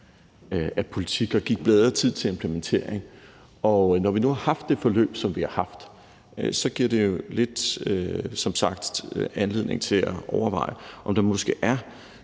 af politik og give bedre tid til implementering, og når vi nu har haft det forløb, vi har haft, giver det jo som sagt anledning til at overveje, om der måske er